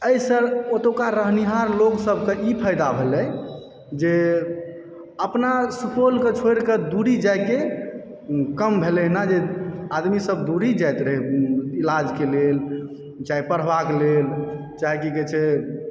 अइसऽ ओतौका रहनिहार लोग सबकऽ ई फायदा भेलै जे अपना सुपौलकऽ छोड़िकऽ दूरी जायके कम भेलै हन जे आदमी सब दूरी जाइत रहै इलाजके लेल चाहे पढ़बाक लेल चाहे की कहै छै